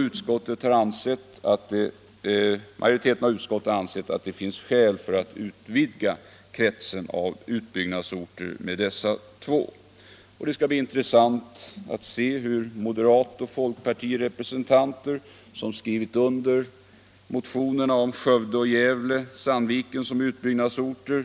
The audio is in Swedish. Utskottsmajoriteten har ansett att det finns skäl för att utvidga kretsen av utbyggnadsorter med dessa två. Det skall bli intressant att se hur de representanter för moderata samlingspartiet och folkpartiet som har skrivit under motionerna om Skövde och Gävle-Sandviken som utbyggnadsorter